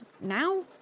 Now